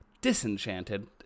disenchanted